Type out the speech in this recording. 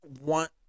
want